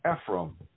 Ephraim